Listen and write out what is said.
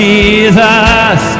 Jesus